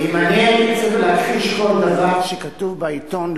אם אני הייתי צריך להכחיש כל דבר שכתוב בעיתון,